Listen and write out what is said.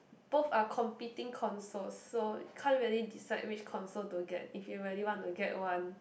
both are competing consoles so can't really decide which console to get if you really want to get one